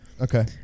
Okay